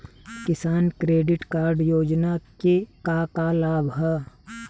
किसान credit card योजना के का का लाभ ह?